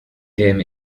him